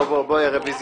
בוא, בוא, יא רביזיוניסט